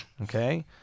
okay